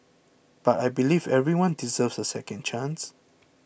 but I believe everyone deserves a second chance